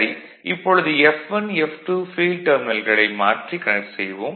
இப்பொழுது F1 F2 field டெர்மினல்களை மாற்றி கனெக்ட் செய்வோம்